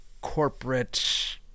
corporate